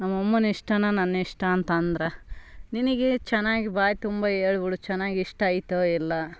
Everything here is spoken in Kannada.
ನಮಮ್ಮನ ಇಷ್ಟನೆ ನನ್ನಿಷ್ಟ ಅಂತ ಅಂದ್ರೆ ನಿನಗೆ ಚೆನ್ನಾಗ್ ಬಾಯಿ ತುಂಬ ಹೇಳ್ಬುಡು ಚೆನ್ನಾಗ್ ಇಷ್ಟ ಐತೋ ಇಲ್ಲ